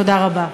תודה רבה.